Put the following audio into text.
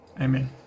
Amen